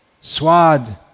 Swad